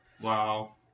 wow